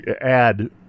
add